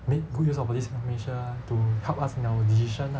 make good use of these information to help us in our decision lah